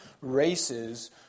races